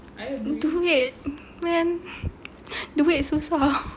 to get kan duit susah